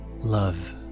love